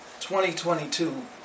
2022